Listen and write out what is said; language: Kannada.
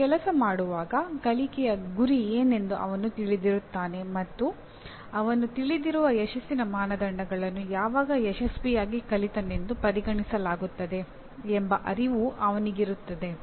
ಅವನು ಕೆಲಸ ಮಾಡುವಾಗ ಕಲಿಕೆಯ ಗುರಿ ಏನೆಂದು ಅವನು ತಿಳಿದಿರುತ್ತಾನೆ ಮತ್ತು ಅವನು ತಿಳಿದಿರುವ ಯಶಸ್ಸಿನ ಮಾನದಂಡಗಳನ್ನು ಯಾವಾಗ ಯಶಸ್ವಿಯಾಗಿ ಕಲಿತನೆಂದು ಪರಿಗಣಿಸಲಾಗುತ್ತದೆ ಎಂಬ ಅರಿವೂ ಅವನಿಗಿರುತ್ತದೆ